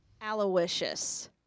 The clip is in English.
Aloysius